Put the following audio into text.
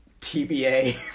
TBA